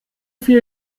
viel